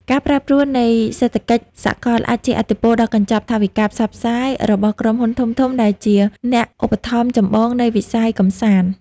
ការប្រែប្រួលនៃសេដ្ឋកិច្ចសកលអាចជះឥទ្ធិពលដល់កញ្ចប់ថវិកាផ្សព្វផ្សាយរបស់ក្រុមហ៊ុនធំៗ ដែលជាអ្នកឧបត្ថម្ភចម្បងនៃវិស័យកម្សាន្ត។